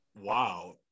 Wow